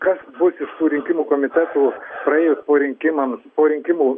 kas bus iš tų rinkimų komitetų praėjus rinkimams po rinkimų